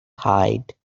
hide